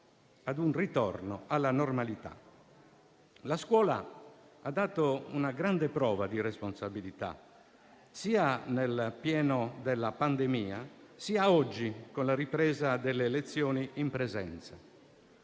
La scuola ha dato una grande prova di responsabilità, sia nel pieno della pandemia, sia oggi, con la ripresa delle lezioni in presenza.